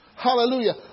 Hallelujah